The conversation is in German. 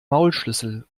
maulschlüssel